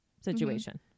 Situation